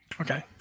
Okay